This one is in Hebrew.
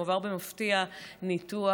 הוא עבר במפתיע ניתוח,